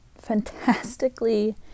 fantastically